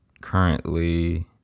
currently